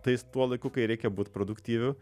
tais tuo laiku kai reikia būt produktyviu